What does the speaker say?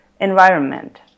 environment